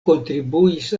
kontribuis